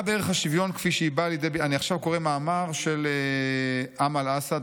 אני עכשיו קורא מאמר של אמל אסעד,